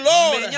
Lord